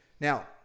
Now